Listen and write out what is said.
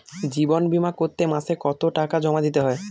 জীবন বিমা করতে মাসে কতো টাকা জমা দিতে হয়?